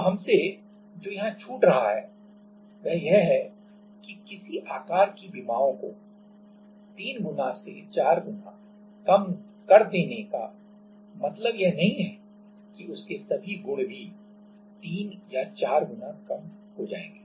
अब हमसे जो यहां छूट रहा है वह यह है कि किसी आकार की विमाओं को 3 गुना से 4 गुना कम कर देने का मतलब यह नहीं है कि उसके सभी गुण भी 3 या 4 गुना कम हो जाएंगे